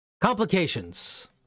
Complications